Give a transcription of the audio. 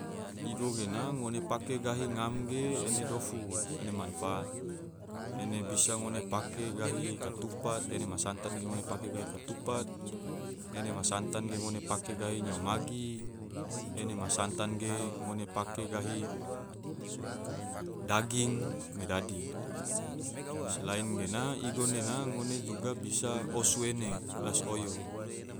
Gena ngone pake gahi ngam ge ene dofu ene manfaat, ene bisa ngone pake gahi katupa ena ma santan ge ngone pake gahi nyao magi, ene ma santan ge daging me dadi, selain gena igo gena ngone bisa osu ene rasi oyo